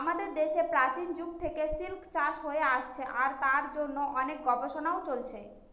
আমাদের দেশে প্রাচীন যুগ থেকে সিল্ক চাষ হয়ে আসছে আর তার জন্য অনেক গবেষণাও চলছে